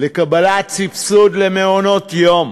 לקבלת סבסוד למעונות-יום,